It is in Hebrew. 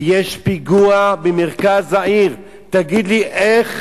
ויש פיגוע במרכז העיר, תגיד לי, איך